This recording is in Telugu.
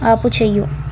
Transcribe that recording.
ఆపుచేయు